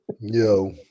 Yo